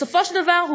בסופו של דבר,